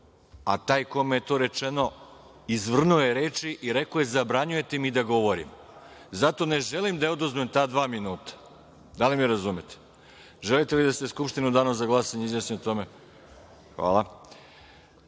a taj kojem je to rečeno izvrnuo je reči i rekao je zabranjujete mi da govorim. Zato ne želim da oduzmem ta dva minuta. Da li me razumete? Da li želite da se Skupština u danu za glasanje izjasni o tome?